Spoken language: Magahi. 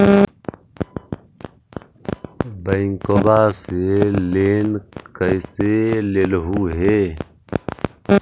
बैंकवा से लेन कैसे लेलहू हे?